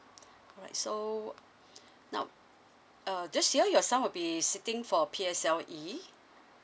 alright so now uh this year your son will be sitting for P_S_L_E